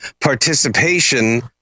participation